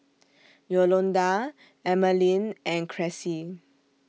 Yolonda Emaline and Cressie